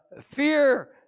fear